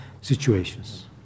situations